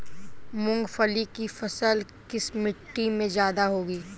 मूंगफली की फसल किस मिट्टी में ज्यादा होगी?